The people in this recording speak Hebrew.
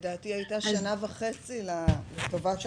לדעתי הייתה שנה וחצי לטובת ההיערכות.